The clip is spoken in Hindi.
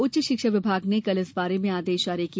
उच्च शिक्षा विभाग ने कल इस बारे में आदेश जारी किया